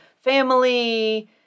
family